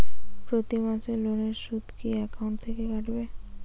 প্রতি মাসে লোনের সুদ কি একাউন্ট থেকে কাটবে?